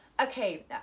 Okay